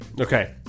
Okay